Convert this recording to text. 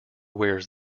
wears